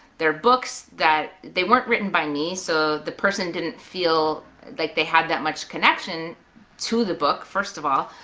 they're books that, they weren't written by me, so the person didn't feel like that had that much connection to the book, first of all,